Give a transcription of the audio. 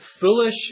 foolish